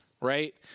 Right